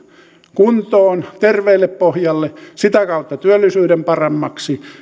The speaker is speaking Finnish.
kuntoon terveelle pohjalle sitä kautta työllisyyden paremmaksi